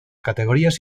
categorías